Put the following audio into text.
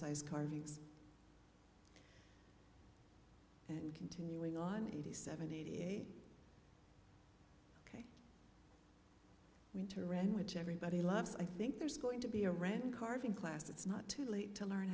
size carvings and continuing on eighty seven eighty eight winter wren which everybody loves i think there's going to be a random carving class it's not too late to learn